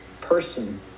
person